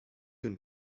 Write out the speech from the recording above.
denn